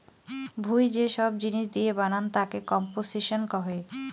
ভুঁই যে সব জিনিস দিয়ে বানান তাকে কম্পোসিশন কহে